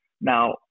Now